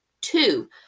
Two